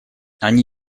они